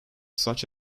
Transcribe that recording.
such